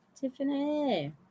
Tiffany